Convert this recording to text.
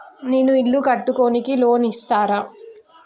నేను ఇల్లు కట్టుకోనికి లోన్ ఇస్తరా?